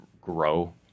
grow